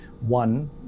one